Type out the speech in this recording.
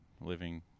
living